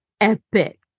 epic